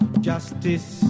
Justice